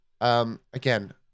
Again